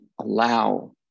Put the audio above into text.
allow